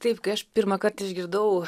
taip kai aš pirmąkart išgirdau